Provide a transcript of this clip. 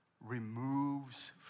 removes